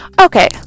okay